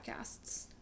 podcasts